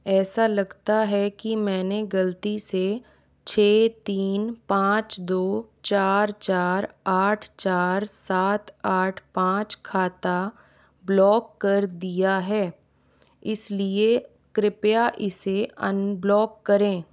ऐसा लगता है कि मैंने गलती से छ तीन पाँच दो चार चार आठ चार सात आठ पाँच खाता ब्लॉक कर दिया है इसलिए कृपया इसे अनब्लॉक करें